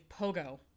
Pogo